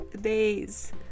days